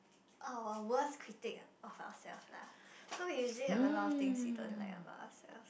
uh a worst critic ah of ourselves lah so we usually have a lot of things you don't like about ourselves